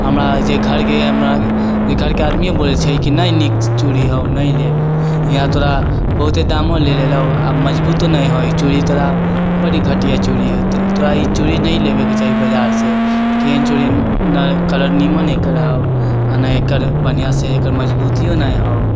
हमरा जे घर घरके आदमिये बोलै छै की नहि नीक चूड़ी हौ नहि लेबे इहाँ तोरा बहुते दामो ले लैलो आओर मजबूतो नहि हौ ई चूड़ी तोरा बड़ी घटिआ चूड़ी है तोरा ई चूड़ी नहि लेबैके चाही बजारसँ केहन चूड़ी ने कलर नीमन है ने एकर बन्हिआँसँ मजबूतियो नहि हौ